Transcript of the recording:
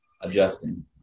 adjusting